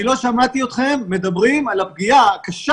לא שמעתי אתכם מדברים על הפגיעה הקשה